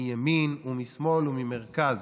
מימין, משמאל וממרכז,